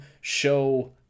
show